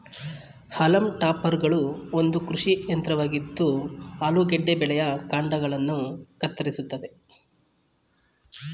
haulm ಟಾಪರ್ಗಳು ಒಂದು ಕೃಷಿ ಯಂತ್ರವಾಗಿದ್ದು ಆಲೂಗೆಡ್ಡೆ ಬೆಳೆಯ ಕಾಂಡಗಳನ್ನ ಕತ್ತರಿಸ್ತದೆ